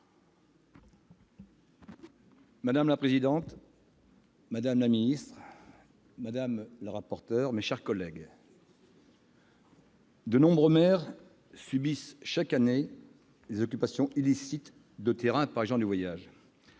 Madame la présidente, madame la ministre, madame la rapporteur, mes chers collègues, de nombreux maires subissent chaque année des occupations illicites de terrains par des gens du voyage